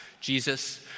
Jesus